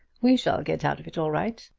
we shall get out of it all right.